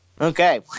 okay